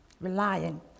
relying